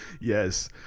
yes